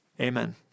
Amen